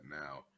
now